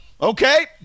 Okay